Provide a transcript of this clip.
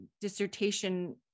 dissertation